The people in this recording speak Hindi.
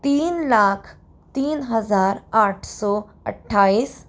तीन लाख तीन हजार आठ सौ अठाईस